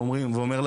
הוא ישקיע